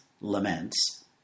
laments